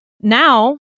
Now